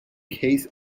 case